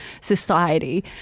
society